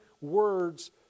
words